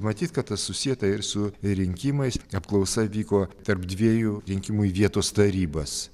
matyt kad tas susieta ir su rinkimais apklausa vyko tarp dviejų rinkimų į vietos tarybas